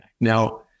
Now